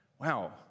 Wow